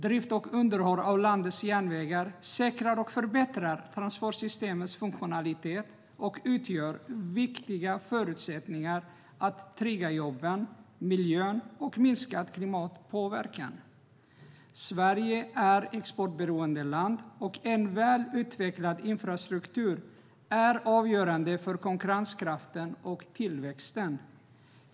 Drift och underhåll av landets järnvägar säkrar och förbättrar transportsystemets funktionalitet och utgör viktiga förutsättningar för att trygga jobben och miljön och minska klimatpåverkan. Sverige är ett exportberoende land. En väl utvecklad infrastruktur är avgörande för konkurrenskraften och tillväxten.